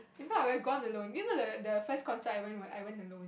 if not I would have gone alone do you know the the first concert I went I went alone